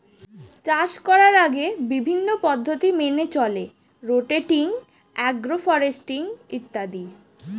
চাষ করার আগে বিভিন্ন পদ্ধতি মেনে চলে রোটেটিং, অ্যাগ্রো ফরেস্ট্রি ইত্যাদি